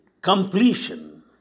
completion